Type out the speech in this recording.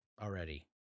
already